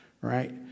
right